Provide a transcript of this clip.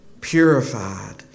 purified